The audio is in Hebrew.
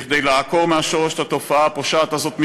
כדי לעקור מן השורש את התופעה הפושעת הזו מקרבה.